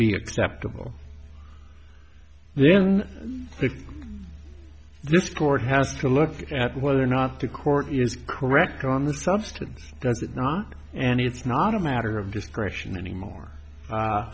be acceptable then this court has to look at whether or not to court is correct on the substance does it not and it's not a matter of discretion anymore